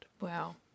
Wow